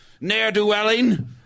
ne'er-dwelling